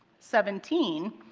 seventeen.